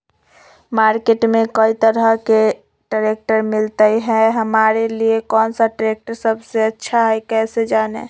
Market में कई तरह के ट्रैक्टर मिलते हैं हमारे लिए कौन सा ट्रैक्टर सबसे अच्छा है कैसे जाने?